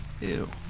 Ew